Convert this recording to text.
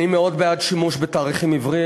אני מאוד בעד שימוש בתאריכים עבריים.